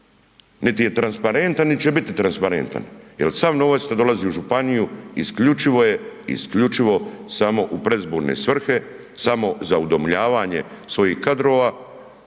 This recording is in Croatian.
niti je transparentan, niti će biti transparentan, jer sav novac što dolazi u županiju isključivo je, isključivo samo u predizborne svrhe, samo za udomljavanje svojih kadrova.